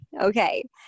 okay